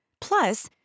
Plus